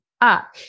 up